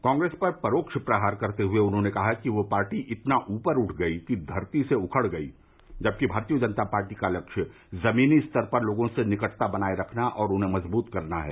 कांग्रेस पर परोक्ष प्रहार करते हुए उन्होंने कहा कि वह पार्टी इतना उपर उठ गई कि धरती से उखड़ गई जबकि भारतीय जनता पार्टी का लक्ष्य जमीनी स्तर पर लोगों से निकटता बनाए रखना और उन्हें मजबूत करना है